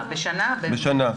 בשנה.